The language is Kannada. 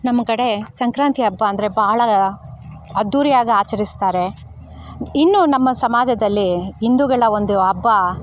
ನಮ್ಮ ಕಡೆ ಸಂಕ್ರಾಂತಿ ಹಬ್ಬ ಅಂದ್ರೆ ಭಾಳ ಅದ್ಧೂರಿಯಾಗಿ ಆಚರಿಸ್ತಾರೆ ಇನ್ನು ನಮ್ಮ ಸಮಾಜದಲ್ಲಿ ಹಿಂದೂಗಳ ಒಂದು ಹಬ್ಬ